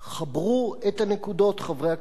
חברו את הנקודות, חברי הכנסת.